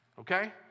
okay